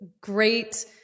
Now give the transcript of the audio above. great